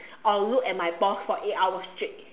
or look at my boss for eight hours straight